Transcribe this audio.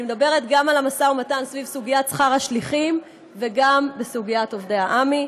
אני מדברת גם על המשא ומתן סביב סוגיית שכר השליחים וגם בסוגיית העמ"י,